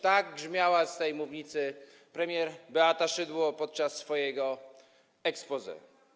Tak grzmiała z tej mównicy premier Beata Szydło podczas swojego exposé.